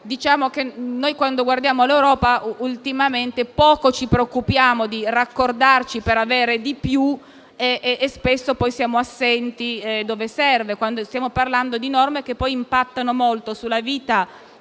ma quando guardiamo all'Europa ultimamente poco ci preoccupiamo di raccordarci per avere di più e spesso siamo assenti dove serve. Stiamo parlando di norme che impattano molto sulla vita